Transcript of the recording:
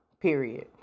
Period